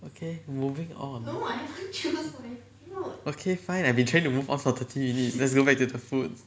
okay moving okay fine I've been trying to move on for thirty minutes let's go back to the food